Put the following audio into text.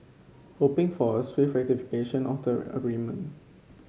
hoping for a swift ratification of the agreement